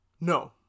no